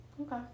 Okay